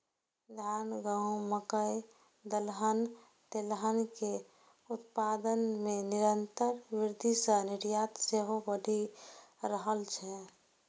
धान, गहूम, मकइ, दलहन, तेलहन के उत्पादन मे निरंतर वृद्धि सं निर्यात सेहो बढ़ि रहल छै